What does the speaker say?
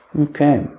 Okay